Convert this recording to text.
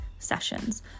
sessions